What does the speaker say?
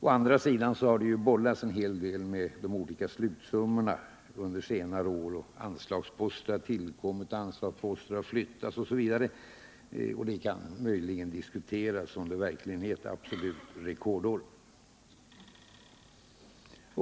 Å andra sidan har det ju bollats en hel del med de olika slutsummorna under senare år, anslagsposter har tillkommit, anslagsposter har flyttats osv., och det kan möjligen diskuteras om det verkligen är ett absolut rekordår.